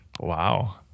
Wow